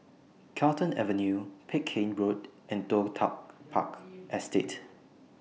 Carlton Avenue Peck Hay Road and Toh Tuck Park Estate